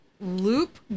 loop